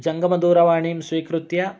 जङ्गमदूरवाणीं स्वीकृत्य